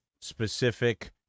specific